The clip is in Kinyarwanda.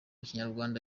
kinyarwanda